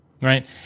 Right